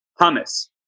hummus